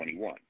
2021